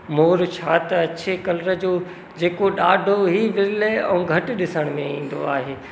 मोर छा त अछे कलरु जो जेको ॾाढो ई विर्लय ऐं घटि ॾिसण में ईंदो आहे